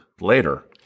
later